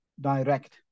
direct